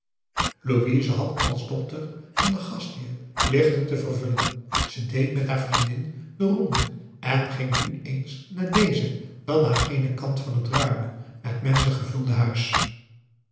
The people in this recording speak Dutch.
louise had als dochter van den gastheer plichten te vervullen ze deed met haar vriendin de ronde en ging nu eens naar dezen dan naar genen kant van het ruime met menschen gevulde huis